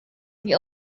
the